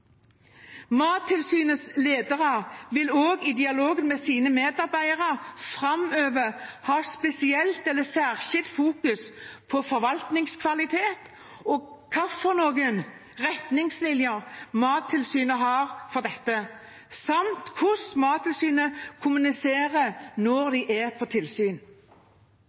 Mattilsynets ledere vil også i dialogen med sine medarbeidere framover fokusere særskilt på forvaltningskvalitet og på hvilke retningslinjer Mattilsynet har for dette, samt hvordan Mattilsynet kommuniserer når de er på tilsyn.